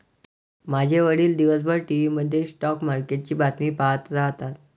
माझे वडील दिवसभर टीव्ही मध्ये स्टॉक मार्केटची बातमी पाहत राहतात